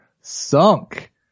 sunk